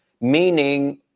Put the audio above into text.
meaning